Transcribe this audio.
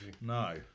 No